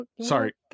Sorry